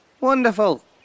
Wonderful